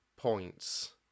points